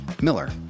Miller